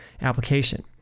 application